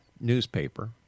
newspaper